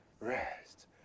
rest